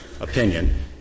opinion